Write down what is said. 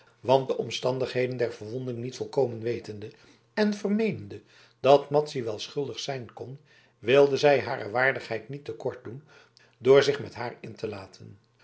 want de omstandigheden der verwonding niet volkomen wetende en vermeenende dat madzy wel schuldig zijn kon wilde zij hare waardigheid niet te kort doen door zich met haar in te laten